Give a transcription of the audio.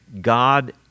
god